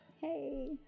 Hey